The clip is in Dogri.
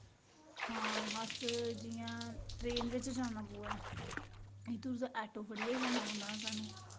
हां अस जियां ट्रेन बिच्च जाना पवै इत्थु दा ऐट्टो फड़ियै गै जाना पौंदा स्हानू